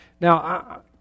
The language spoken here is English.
Now